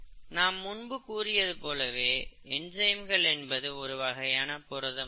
நாம் முன்பு கூறியதுபோலவே என்சைம்கள் என்பது ஒரு வகையான புரதம் தான்